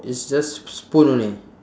it's just s~ spoon only